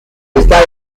esta